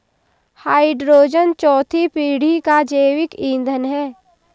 hydrogen चौथी पीढ़ी का जैविक ईंधन है